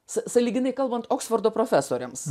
s sąlyginai kalbant oksfordo profesoriams